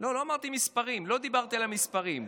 את מנסור עבאס לא שמתם בממשלה.